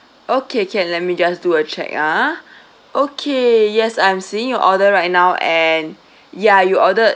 okay can let me just do a check uh okay yes I'm seeing your order right now and ya you ordered